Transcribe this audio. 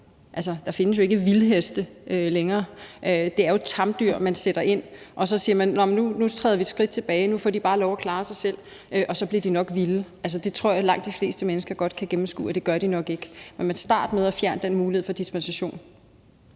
der findes jo ikke vildheste længere. Det er jo tamdyr, man sætter ud, og så siger man: Nu træder vi et skridt tilbage; nu får de bare lov til at klare sig selv, og så bliver de nok vilde. Altså, det tror jeg at langt de fleste mennesker godt kan gennemskue at de nok ikke gør. Men start med at fjerne den mulighed for dispensation.